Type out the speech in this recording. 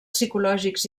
psicològics